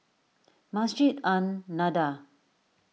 Masjid An Nahdhah